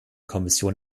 kommission